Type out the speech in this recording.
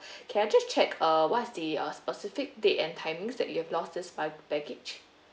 can I just check uh what's the uh specific date and timings that you've lost this private baggage